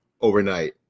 overnight